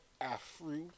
Afro